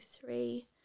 three